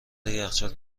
یخچال